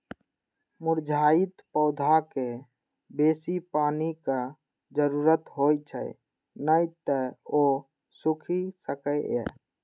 मुरझाइत पौधाकें बेसी पानिक जरूरत होइ छै, नै तं ओ सूखि सकैए